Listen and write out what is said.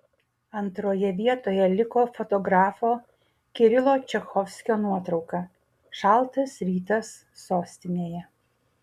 antroje vietoje liko fotografo kirilo čachovskio nuotrauka šaltas rytas sostinėje